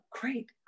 great